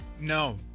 No